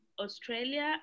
Australia